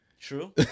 True